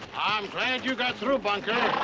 i'm glad you got through, bunker.